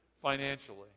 Financially